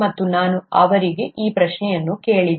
ಮತ್ತು ನಾನು ಅವರಿಗೆ ಈ ಪ್ರಶ್ನೆಯನ್ನು ಕೇಳಿದೆ